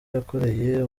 yakoreye